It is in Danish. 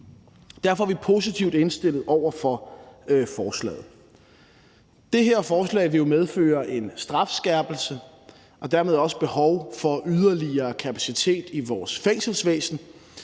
Derfor er vi positivt indstillet over for forslaget. Det her forslag vil medføre en strafskærpelse og dermed også behov for yderligere kapacitet i vores fængselsvæsen,